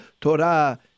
Torah